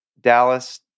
Dallas